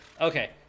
Okay